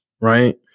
Right